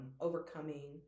overcoming